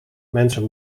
mensen